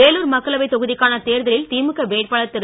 வேலூர் மக்களவை தொகுதிக்கான தேர்தலில் திமுக வேட்பாளர் திரு